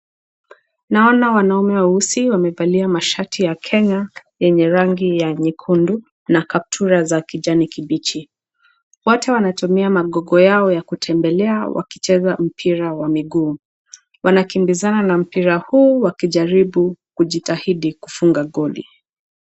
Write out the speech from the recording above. Naona wanaume weusi wamevaa mashati ya Kenya yenye rangi ya nyekundu na kaptura za kijani kibichi. Wote wanatumia magogo yao ya kutembelea wakicheza mpira wa miguu. Wanakimbizana na mpira huu wakijaribu kujitahidi kufunga goli.